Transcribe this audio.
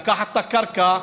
לקחת את הקרקע,